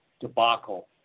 debacle